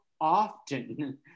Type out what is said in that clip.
often